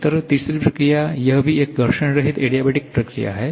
इसी तरह तीसरी प्रक्रिया यह भी एक घर्षण रहित एडियाबेटिक प्रक्रिया है